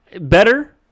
better